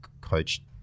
coach